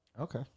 Okay